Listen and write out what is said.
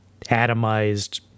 atomized